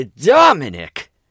Dominic